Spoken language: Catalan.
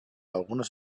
algunes